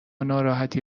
ناراحتی